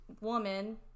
woman